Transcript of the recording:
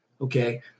okay